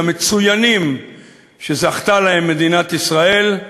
המצוינים שזכתה להם מדינת ישראל,